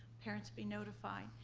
parents be notified,